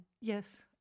Yes